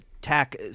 tack